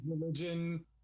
religion